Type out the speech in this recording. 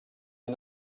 are